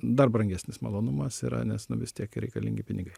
dar brangesnis malonumas yra nes nu vis tiek reikalingi pinigai